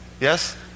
Yes